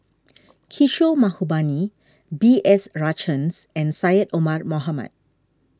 Kishore Mahbubani B S Rajhans and Syed Omar Mohamed